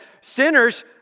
sinners